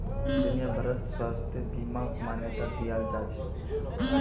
दुनिया भरत स्वास्थ्य बीमाक मान्यता दियाल जाछेक